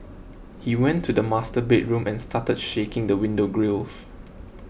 he went to the master bedroom and started shaking the window grilles